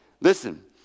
Listen